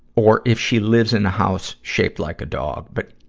or if she lives in a house shaped like a dog. but,